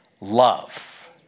love